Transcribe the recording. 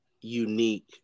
unique